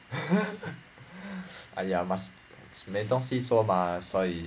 !aiya! must 没东西说 mah 所以